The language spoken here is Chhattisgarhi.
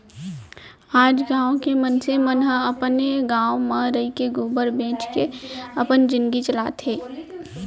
आज गॉँव के मनसे मन ह अपने गॉव घर म रइके गोबर बेंच के अपन जिनगी चलात हें